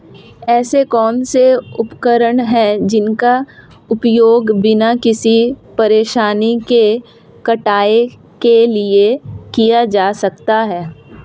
ऐसे कौनसे उपकरण हैं जिनका उपयोग बिना किसी परेशानी के कटाई के लिए किया जा सकता है?